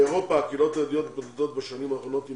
באירופה הקהילות היהודיות מתמודדות בשנים האחרונות עם